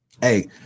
Hey